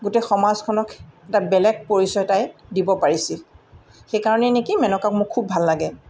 গোটেই সমাজখনক এটা বেলেগ পৰিচয় তাই দিব পাৰিছিল সেইকাৰণেই নেকি মেনকাক মোৰ খুব ভাল লাগে